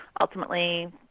ultimately